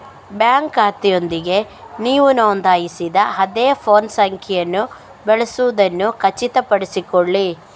bank ಖಾತೆಯೊಂದಿಗೆ ನೀವು ನೋಂದಾಯಿಸಿದ ಅದೇ ಫೋನ್ ಸಂಖ್ಯೆಯನ್ನು ಬಳಸುವುದನ್ನು ಖಚಿತಪಡಿಸಿಕೊಳ್ಳಿ